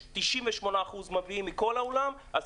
98% מביאים מכל העולם, אז